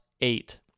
eight